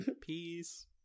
peace